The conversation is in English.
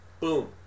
boom